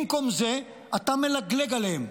במקום זה אתה מלגלג עליהם.